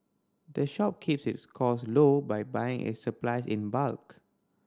the shop keeps its cost low by buying its supplies in bulk